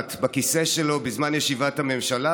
בנחת בכיסא שלו בזמן ישיבת הממשלה,